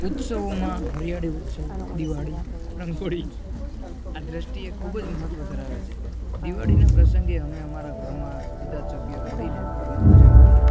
ઉત્સવોમાં હરિયાળી ઉત્સવ દિવાળી રંગોળી આ દ્રષ્ટિએ ખૂબ જ મહત્વ ધરાવે છે દિવાળીના પ્રસંગે અમે અમારા ઘરમાં બધા જ સભ્યો મળીને ઘરનું પૂજન કરીએ